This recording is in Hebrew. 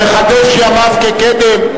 המחדש ימיו כקדם,